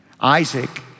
Isaac